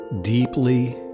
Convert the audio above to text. deeply